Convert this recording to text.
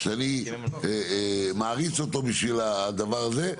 שאני מעריץ אותו בשביל הדבר הזה.